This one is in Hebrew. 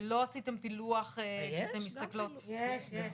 ולא עשיתם פילוח כשאתן מסתכלות --- יש, יש.